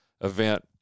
event